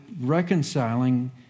reconciling